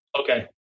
Okay